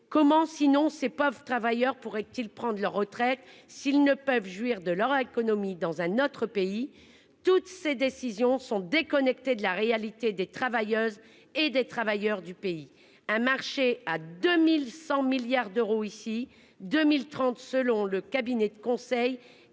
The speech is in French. comment sinon c'est peuvent travailleurs pourraient-ils prendre leur retraite. S'ils ne peuvent jouir de leur économie dans un autre pays. Toutes ces décisions sont déconnectés de la réalité des travailleuses et des travailleurs du pays. Un marché à 2100 milliards d'euros ici 2030, selon le cabinet de conseil